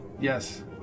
Yes